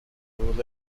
would